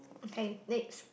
Saint-Nick's